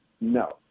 No